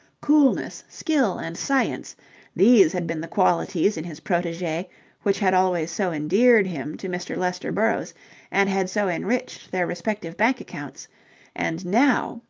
coolness, skill and science these had been the qualities in his protege which had always so endeared him to mr. lester burrowes and had so enriched their respective bank accounts and now,